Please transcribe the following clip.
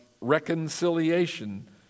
reconciliation